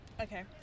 Okay